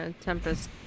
Tempest